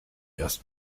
erst